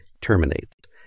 terminates